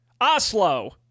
Oslo